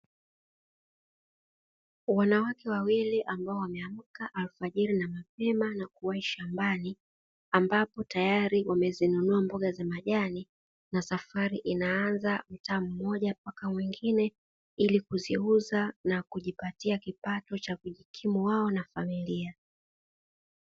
Wanawake wawili ambao wameamka alafajiri na mapema na kuwahi shambani ambapo tayari wamezinunua mboga za majani na safari inaanza mtaa mmoja mpaka mwingine, ili kuziuza na kujipatia kipato cha kujikimu wao na familia.